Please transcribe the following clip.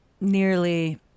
nearly